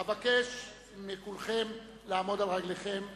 אבקש מכולכם לעמוד על רגליכם לזכרו.